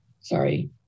Sorry